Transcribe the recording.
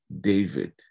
David